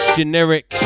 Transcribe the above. generic